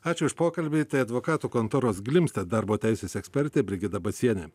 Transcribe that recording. ačiū už pokalbį tai advokatų kontoros glimstedt darbo teisės ekspertė brigita bacienė